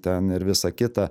ten ir visa kita